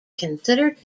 considered